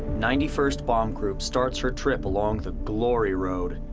ninety first bomb group starts her trip along the glory road,